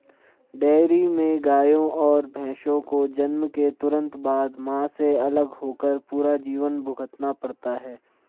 dairy में गायों और भैंसों को जन्म के तुरंत बाद, मां से अलग होकर पूरा जीवन भुगतना पड़ता है